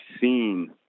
seen